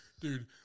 dude